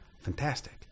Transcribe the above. Fantastic